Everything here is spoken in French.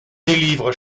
délivre